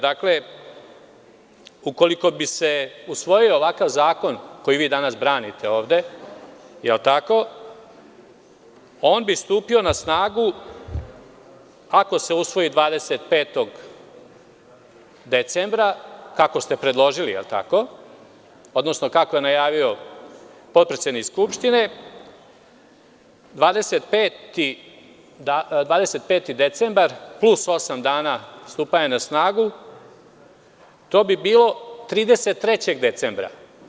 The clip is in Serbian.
Dakle, ukoliko bi se usvojio ovakav zakon koji vi danas branite ovde, da li je tako, on bi stupio na snagu, ako se usvoji 25. decembra, kako ste predložili, jel tako, odnosno kako je najavio potpredsednik Skupštine, 25. decembar plus osam dana stupanja na snagu, to bi bilo 33. decembra.